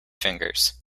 fingers